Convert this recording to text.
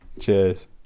Cheers